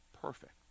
perfect